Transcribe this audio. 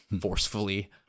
forcefully